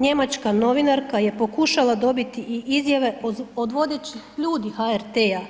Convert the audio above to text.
Njemačka novinarka je pokušala dobiti i izjave od vodećih ljudi HRT-a,